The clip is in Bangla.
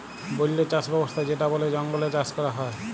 বল্য চাস ব্যবস্থা যেটা বলে জঙ্গলে চাষ ক্যরা হ্যয়